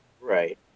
Right